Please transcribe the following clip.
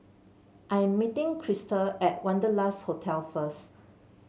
I'm meeting Krysta at Wanderlust Hotel first